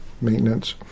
maintenance